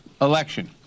election